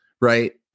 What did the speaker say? right